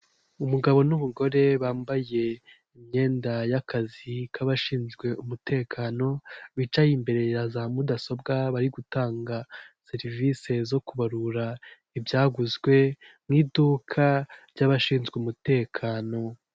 Umugabo n'umugore bambaye imyenda y'akazi k'abashinzwe umutekano, bicaye imbere ya za mudasobwa bari gutanga serivisi zo kubarura ibyaguzwe mu iduka ry'abashinzwe umutekano.